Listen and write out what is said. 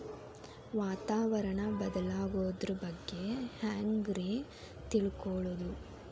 ವಾತಾವರಣ ಬದಲಾಗೊದ್ರ ಬಗ್ಗೆ ಹ್ಯಾಂಗ್ ರೇ ತಿಳ್ಕೊಳೋದು?